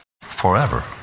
forever